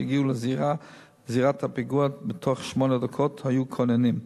שהגיעו לזירת הפיגוע בתוך שמונה דקות היו כוננים,